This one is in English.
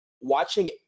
watching